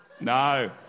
No